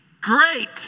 Great